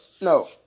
no